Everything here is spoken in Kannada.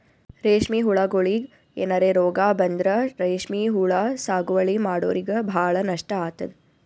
ರೇಶ್ಮಿ ಹುಳಗೋಳಿಗ್ ಏನರೆ ರೋಗ್ ಬಂದ್ರ ರೇಶ್ಮಿ ಹುಳ ಸಾಗುವಳಿ ಮಾಡೋರಿಗ ಭಾಳ್ ನಷ್ಟ್ ಆತದ್